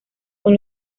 con